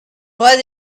but